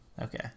Okay